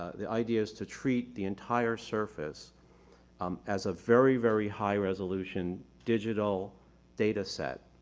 the idea is to treat the entire surface um as a very, very high resolution, digital data set,